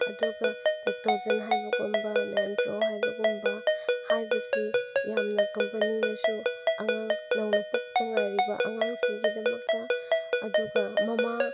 ꯑꯗꯨꯒ ꯂꯦꯛꯇꯣꯒꯦꯟ ꯍꯥꯏꯕꯒꯨꯝꯕ ꯅꯦꯟꯐ꯭ꯔꯣ ꯍꯥꯏꯕꯒꯨꯝꯕ ꯍꯥꯏꯕꯁꯤ ꯌꯥꯝꯅ ꯀꯝꯄꯅꯤꯅꯁꯨ ꯑꯉꯥꯡ ꯅꯧꯅ ꯄꯣꯛꯇꯉꯥꯏꯔꯤꯕ ꯑꯉꯥꯡꯁꯤꯡꯒꯤꯗꯃꯛꯇ ꯑꯗꯨꯒ ꯃꯃꯥ